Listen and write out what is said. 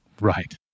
Right